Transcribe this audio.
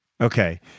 Okay